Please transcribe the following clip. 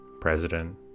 President